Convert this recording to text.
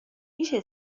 میشه